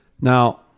Now